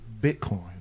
Bitcoin